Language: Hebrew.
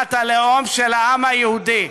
מדינת הלאום של העם היהודי.